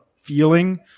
feeling